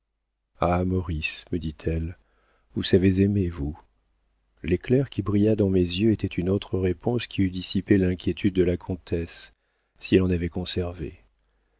ah maurice me dit-elle vous savez aimer vous l'éclair qui brilla dans mes yeux était une autre réponse qui eût dissipé l'inquiétude de la comtesse si elle en avait conservé